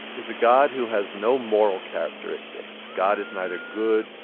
is a god who has no moral characteristics. god is neither good,